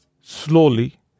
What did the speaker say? slowly